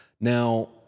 Now